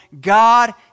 God